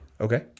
Okay